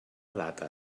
data